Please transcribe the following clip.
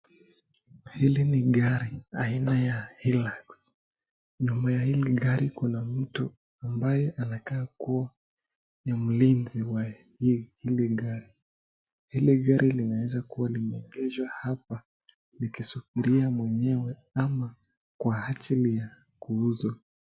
Hili ni gari aina ya Hilux, nyuma ya hii gari kuna mtu ambaye anakaa kuwa ni mlinzi wa hili gari. Hili gari linaweza kuwa limeegeshwa hapa likisubiria mwenyewe ama kwa ajili ya kuuzwa.